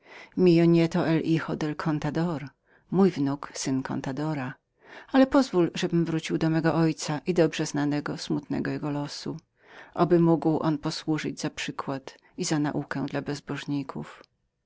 my nieto el hijo del contador mój wnuk syn contadora ale pozwól żebym wrócił do mego ojca i zbyt znajomego smutnego jego losu oby mógł on posłużyć i za przykład i za naukę dla bezbożników